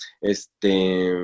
Este